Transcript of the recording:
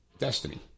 Destiny